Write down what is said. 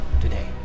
today